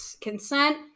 consent